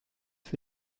für